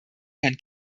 herrn